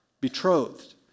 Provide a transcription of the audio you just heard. betrothed